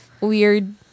weird